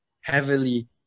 Heavily